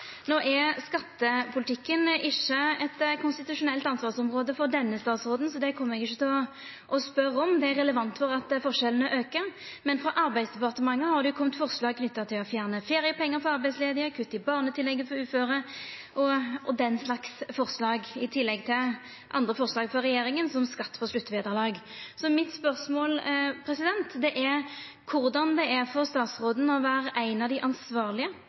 No er skattepolitikken ikkje eit konstitusjonelt ansvarsområde for denne statsråden, så det kjem eg ikkje til å spørja om – det er relevant for at forskjellane aukar – men frå Arbeidsdepartementet har det kome forslag knytte til å fjerna feriepengar for arbeidsledige, kutte i barnetillegget for uføre og den slags forslag i tillegg til andre forslag frå regjeringa, som skatt på sluttvederlag. Så mitt spørsmål er korleis det er for statsråden å vera ein av dei ansvarlege